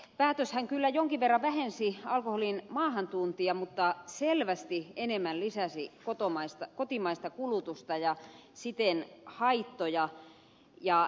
nimittäin päätöshän kyllä jonkin verran vähensi alkoholin maahantuontia mutta selvästi enemmän lisäsi kotimaista kulutusta ja siten haittoja